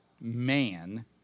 man